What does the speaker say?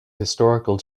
historical